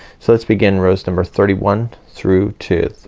so let's begin rows number thirty one through to um,